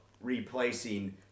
replacing